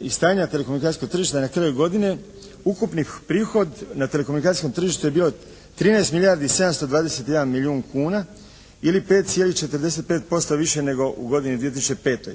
i stanja telekomunikacijskog tržišta na kraju godine ukupni prihod na telekomunikacijskom tržištu je bio 13 milijardi 721 milijun kuna ili 5,45% više nego u godini 2005.